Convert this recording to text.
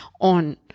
on